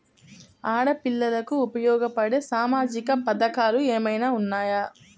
ఆడపిల్లలకు ఉపయోగపడే సామాజిక పథకాలు ఏమైనా ఉన్నాయా?